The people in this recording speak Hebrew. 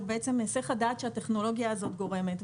בעצם היסח הדעת שהטכנולוגיה הזאת גורמת.